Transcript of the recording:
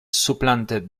supplanted